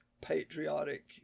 patriotic